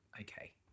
okay